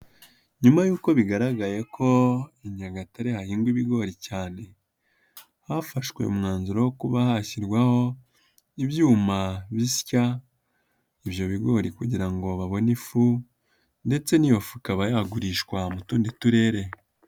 Nyuma y'uko bigaragaye ko Nyagatare hahinga ibigori cyane, hafashwe umwanzuro wo kuba hashyirwaho ibyuma bisya ibyo bigori kugira ngo babone ifu ndetse n'iyo fu ikaba yagurishwa mu tundi turere.